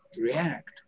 react